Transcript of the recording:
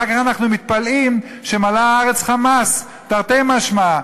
אחר כך אנחנו מתפלאים שמלאה הארץ חמס, תרתי משמע.